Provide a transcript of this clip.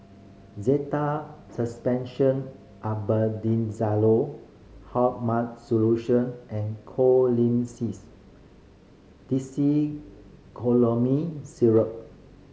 Zental Suspension Albendazole Hartman's Solution and Colimix Dicyclomine Syrup